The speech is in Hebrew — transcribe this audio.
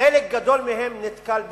וחלק גדול מהם נתקל בסירוב.